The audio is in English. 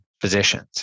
physicians